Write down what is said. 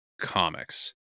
comics